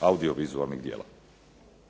audio-vizualnih dijela.